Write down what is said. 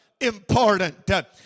important